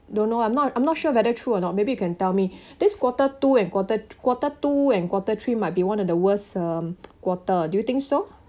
don't know I'm not I'm not sure whether true or not maybe you can tell me this quarter two and quarter t~ quarter two and quarter three might be one of the worst um quarter do you think so